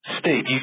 Steve